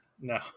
No